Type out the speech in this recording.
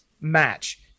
match